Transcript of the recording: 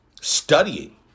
studying